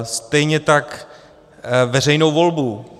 Stejně tak veřejnou volbu.